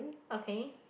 okay